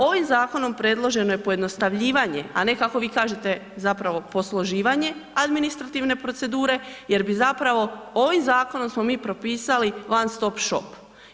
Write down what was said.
Ovim zakonom predloženo je pojednostavljivanje, a ne kako vi kažete, zapravo posloživanje administrativne procedure jer bi zapravo ovim zakonom smo mi propisali ... top shop.